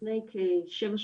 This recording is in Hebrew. לפני כשבע,